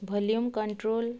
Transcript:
volume control